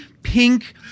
Pink